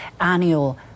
annual